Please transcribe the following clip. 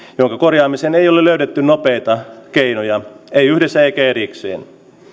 jonka korjaamiseen ei ole löydetty nopeita keinoja ei yhdessä eikä erikseen